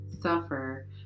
suffer